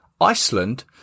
Iceland